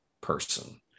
person